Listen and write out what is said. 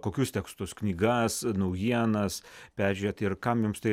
kokius tekstus knygas naujienas peržiūrėti ir kam jums tai